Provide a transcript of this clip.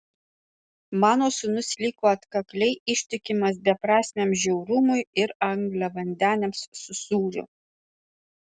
mano sūnus liko atkakliai ištikimas beprasmiam žiaurumui ir angliavandeniams su sūriu